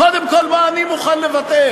קודם כול מה אני מוכן לוותר.